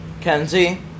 Kenzie